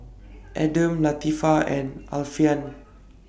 Adam Latifa and Alfian